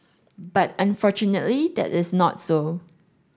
but unfortunately that is not so